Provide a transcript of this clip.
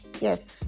Yes